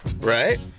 Right